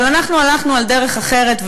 אבל אנחנו הלכנו על דרך אחרת,